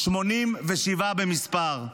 87 במספר,